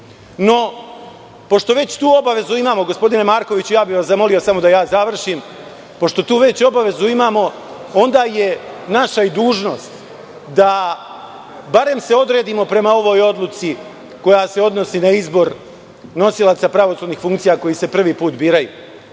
pošto već tu obavezu imamo… Gospodine Markoviću, ja bih vas zamolio samo da završim. Pošto tu već obavezu imamo, onda je naša i dužnost da se barem odredimo prema ovoj odluci koja se odnosi na izbor nosilaca pravosudnih funkcija koji se prvi put biraju,